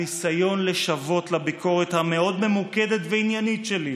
הניסיון לשוות לביקורת המאוד-ממוקדת ועניינית שלי,